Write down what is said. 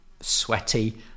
sweaty